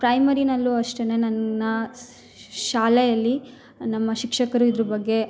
ಪ್ರೈಮರಿನಲ್ಲು ಅಷ್ಟೇನೆ ನನ್ನ ಶಾಲೆಯಲ್ಲಿ ನಮ್ಮ ಶಿಕ್ಷಕರು ಇದ್ರ ಬಗ್ಗೆ